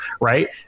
Right